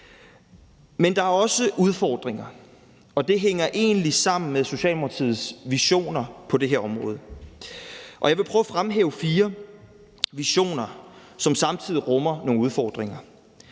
Men der er også udfordringer. Og det hænger egentlig sammen med Socialdemokratiets visioner på det her område. Jeg vil prøve at fremhæve fire visioner, som samtidig rummer nogle udfordringer.